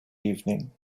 evening